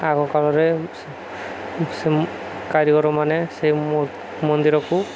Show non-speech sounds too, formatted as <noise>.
ଆଗକାଳରେ ସେ କାରିଗର ମାନ <unintelligible> ମନ୍ଦିରକୁ